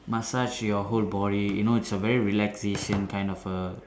massage your whole body you know it's a very relaxation kind of uh